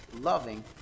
loving